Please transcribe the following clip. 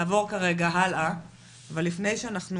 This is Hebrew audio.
לפני שאנחנו